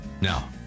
Now